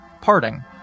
parting